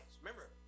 remember